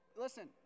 Listen